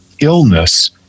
illness